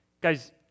Guys